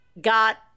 got